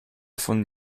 von